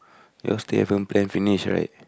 you all still haven't plan finish right